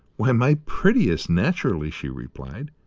why, my prettiest, naturally, she replied.